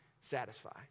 satisfy